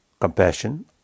compassion